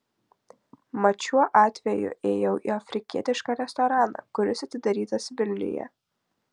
mat šiuo atveju ėjau į afrikietišką restoraną kuris atidarytas vilniuje